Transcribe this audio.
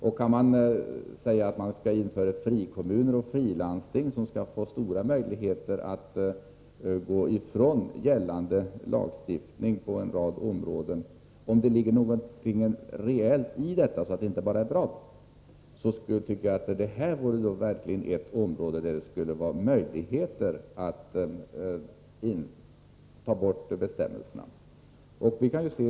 Om det inte bara är prat utan ligger något reellt i talet om att kommuner och landsting fritt skall få gå ifrån gällande lagstiftning på en rad områden, så tycker jag att de bör ges möjligheter att ta bort bestämmelserna på just detta område.